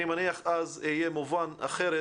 כי אז אני מניח שזה יהיה מובן אחרת.